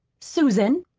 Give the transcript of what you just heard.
susan!